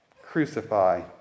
crucify